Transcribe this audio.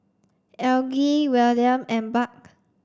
Algie Wiliam and Buck